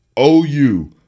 OU